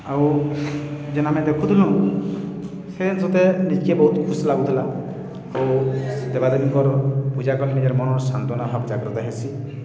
ଆଉ ଯେନ୍ ଆମେ ଦେଖୁଥିଲୁ ସେନ୍ ସତେ ନିଜକେ ବହୁତ ଖୁସି ଲାଗୁଥିଲା ଆଉ ଦେବାଦେବୀଙ୍କର ପୂଜା କଲେ ନିଜର ମନର ସାନ୍ତ୍ୱନା ଭାବ ଜାଗ୍ରତ ହେସି